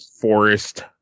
Forest